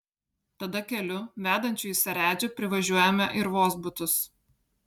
tada keliu vedančiu į seredžių privažiuojame ir vozbutus